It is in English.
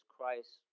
Christ